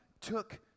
took